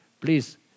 Please